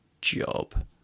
job